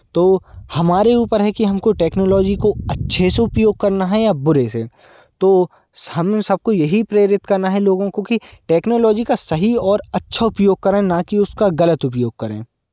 तो हमारे ऊपर है कि हमको टेक्नोलॉजी को अच्छे से उपयोग करना है या बुरे से तो हम सबको यही प्रेरित करना है लोगों को कि टेक्नोलॉजी का सही और अच्छा उपयोग करें ना कि उसका गलत उपयोग करें